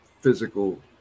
physical